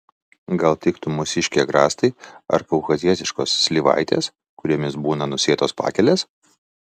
gal tiktų mūsiškiai agrastai ar kaukazietiškos slyvaitės kuriomis būna nusėtos pakelės